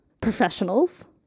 professionals